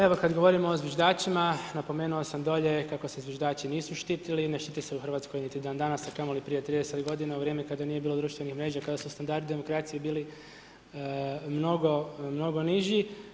Evo, kad govorimo o zviždačima, napomenuo sam dolje kako se zviždači nisu štitili, ne štite se u RH niti dan danas, a kamo li prije 30 godina u vrijeme kada nije bilo društvenih mreža, kada su standardi demokracije bili mnogo niži.